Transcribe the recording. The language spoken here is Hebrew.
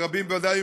ורבים ודאי,